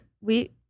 We-